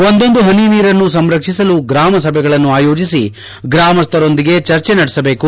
ಒಂದೊಂದು ಪನಿ ನೀರನ್ನು ಸಂರಕ್ಷಿಸಲು ಗ್ರಾಮ ಸಭೆಗಳನ್ನು ಆಯೋಜಿಸಿ ಗ್ರಾಮಸ್ಥರೊಂದಿಗೆ ಚರ್ಚೆ ನಡೆಸಬೇಕು